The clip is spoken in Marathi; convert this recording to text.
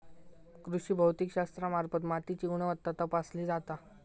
कृषी भौतिकशास्त्रामार्फत मातीची गुणवत्ता तपासली जाता